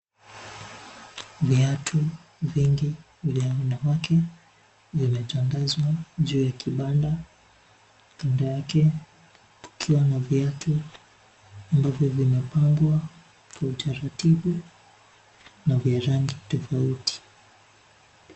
Viatu, vingi, vya wanawake, vimetandazwa, juu ya kibanda, kando yake, kukiwa na viatu, ambavyo vimepangwa, kwa utaratibu, na vya rangi tofauti.